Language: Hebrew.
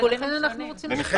השיקולים הם אחרים,